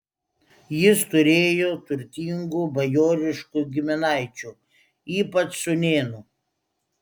jis turėjo turtingų bajoriškų giminaičių ypač sūnėnų